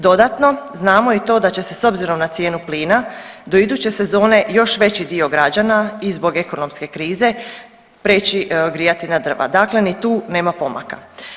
Dodatno, znamo i to da će se s obzirom na cijenu plina do iduće sezone još veći dio građana i zbog ekonomske krize preći grijati na drva, dakle ni tu nema pomaka.